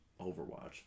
Overwatch